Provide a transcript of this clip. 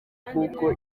kuko